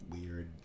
weird